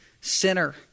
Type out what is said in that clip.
sinner